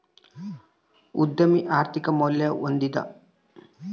ಉದ್ಯಮಿ ಆರ್ಥಿಕ ಮೌಲ್ಯ ಹೊಂದಿದ